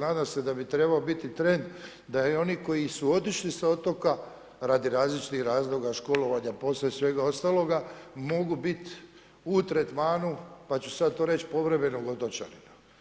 nadam se da bi trebao biti trend da i oni koji su otišli sa otoka radi različitih razloga školovanje, poslije svega ostaloga, mogu biti u tretmanu pa ću sad reć povremenog otočanina.